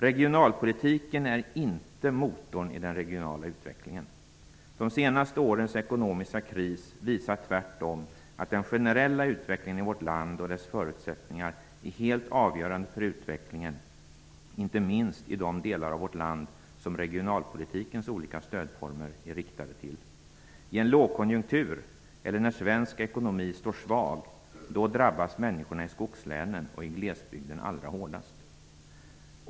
Regionalpolitiken är inte motorn i den regionala utvecklingen. De senaste årens ekonomiska kris visar tvärtom att den generella utvecklingen i vårt land och dess förutsättningar är helt avgörande för utvecklingen -- inte minst i de delar av vårt land som regionalpolitikens olika stödformer är riktade till. I en lågkonjunktur, eller när svensk ekonomi står svag, drabbas människorna i skogslänen och i glesbygden allra hårdast.